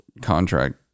contract